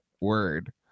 word